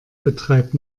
betreibt